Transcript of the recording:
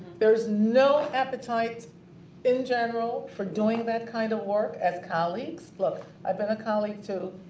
there's no appetite in general for doing that kind of work as colleagues. look, i've been a colleague too.